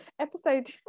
Episode